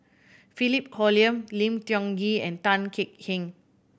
Philip Hoalim Lim Tiong Ghee and Tan Kek Hiang